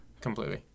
completely